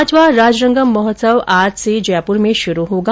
पांचवा राजरंगम महोत्सव आज से जयपुर में शुरू होगा